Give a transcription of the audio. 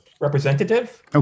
representative